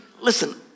listen